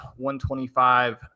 125